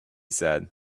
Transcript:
said